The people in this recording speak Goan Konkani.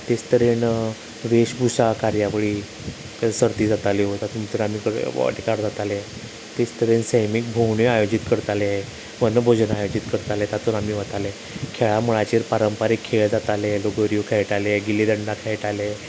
तेच तरेन वेशभुशा कार्यावळी सर्ती जाताल्यो तातूं भितर आमी वांटेकार जाताले तेच तरेन सैमीक भोवण्यो आयोजीत करताले वनभोजनां आयोजीत करताले तातून आमी वताले खेळामळाचेर पारंपारीक खेळ जाताले लगोऱ्यो खेयटाले गिली डंडा खेयटाले